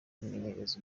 kwimenyereza